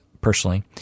personally